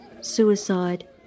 suicide